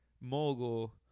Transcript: mogul